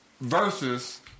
versus